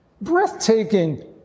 Breathtaking